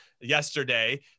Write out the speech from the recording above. yesterday